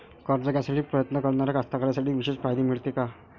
कर्ज घ्यासाठी प्रयत्न करणाऱ्या कास्तकाराइसाठी विशेष फायदे मिळते का?